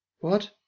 What